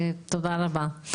תודה רבה.